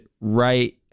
right